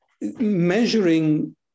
Measuring